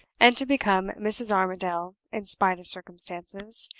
and to become mrs. armadale in spite of circumstances,